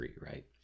right